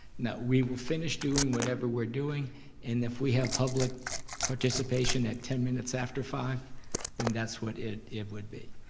no, we will finish doing whatever we're doing and if we have public participation at ten minutes after five then that's what it it would be.